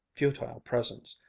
futile presence,